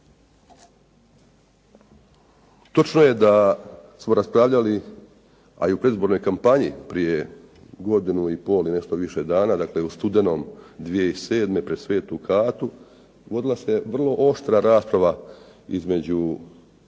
Točno je da smo raspravljali, a i u predizbornoj kampanji prije godinu i pol i nešto više dana, dakle u studenom 2007. pred svetu Katu vodila se vrlo oštra rasprava između